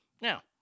Now